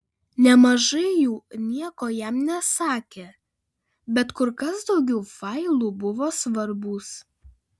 nemažai jų nieko jam nesakė bet kur kas daugiau failų buvo svarbūs